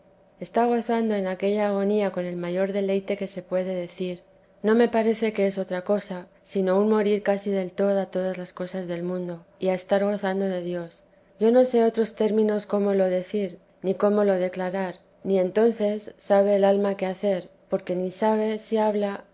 está gozando en aquella agonía con el mayor deleite que se puede decir no me parece que es vida de la santa madre otra cosa sino un morir casi del todo a todas las cosas del mundo y estar gozando de dios yo no sé otros términos cómo lo decir ni cómo lo declarar ni entonces sabe el alma qué hacer porque ni sabe si hable